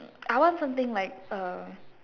I want something like uh